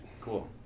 Cool